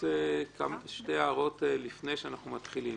שתי הערות לפני שאנחנו מתחילים.